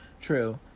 true